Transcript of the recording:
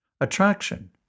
Attraction